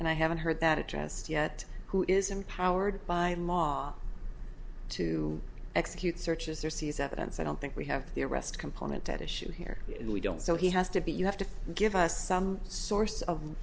and i haven't heard that addressed yet who is empowered by law to execute searches or seize evidence i don't think we have the arrest component at issue here we don't so he has to be you have to give us some source of